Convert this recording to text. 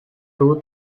two